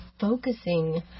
focusing